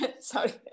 Sorry